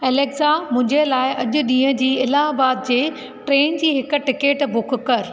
Alexa मुंहिंजे लाइ अॼु ॾींहं जी इलाहबाद जे ट्रेन जी हिकु टिकेट बुक करु